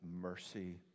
mercy